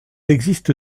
existe